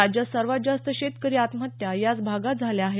राज्यात सर्वात जास्त शेतकरी आत्महत्या याच भागात झाल्या आहेत